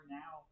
now